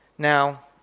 now,